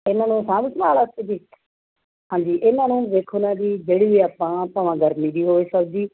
ਇਹਨਾਂ ਨੂੰ ਸਾਂਭ ਸੰਭਾਲ ਵਾਸਤੇ ਜੀ ਹਾਂਜੀ ਇਹਨਾਂ ਨੂੰ ਵੇਖੋ ਨਾ ਜੀ ਜਿਹੜੀ ਵੀ ਆਪਾਂ ਭਵਾਂ ਗਰਮੀ ਦੀ ਹੋਵੇ ਸਬਜ਼ੀ